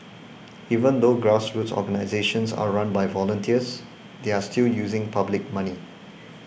even though grassroots organisations are run by volunteers they are still using public money